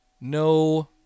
No